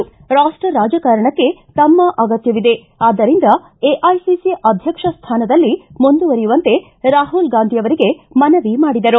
ರಾಷ್ಟ ರಾಜಕಾರಣಕ್ಕೆ ತಮ್ಮ ಅಗತ್ಯವಿದೆ ಆದ್ದರಿಂದ ಎಐಸಿಸಿ ಅಧ್ಯಕ್ಷ ಸ್ಥಾನದಲ್ಲಿ ಮುಂದುವರಿಯುವಂತೆ ರಾಹುಲ್ ಗಾಂಧಿಯವರಿಗೆ ಮನವಿ ಮಾಡಿದರು